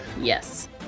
Yes